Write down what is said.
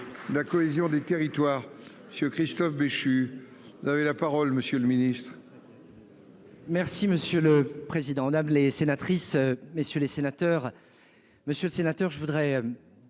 la cohésion des territoires. Monsieur Christophe Béchu. Vous avez la parole. Monsieur le Ministre.--